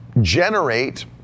generate